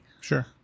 Sure